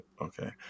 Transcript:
Okay